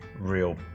real